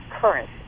current